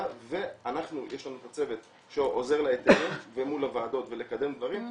ולנו יש את הצוות שעוזר להיתרים ומול הוועדות ולקדם דברים,